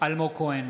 אלמוג כהן,